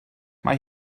mae